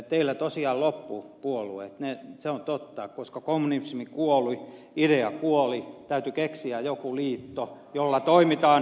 teillä tosiaan loppui puolueet se on totta koska kommunismi kuoli idea kuoli täytyi keksiä joku liitto jolla toimitaan